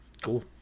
Cool